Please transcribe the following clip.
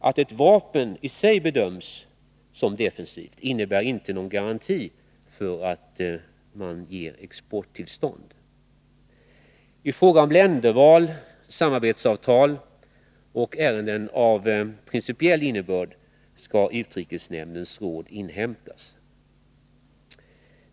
Att ett vapen i sig bedöms som defensivt innebär inte någon garanti för att exporttillstånd beviljas. I fråga om länderval, samarbetsavtal och ärenden av principiell innebörd skall utrikesnämndens råd inhämtas.